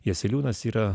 jaseliūnas yra